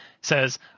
says